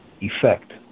effect